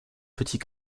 petit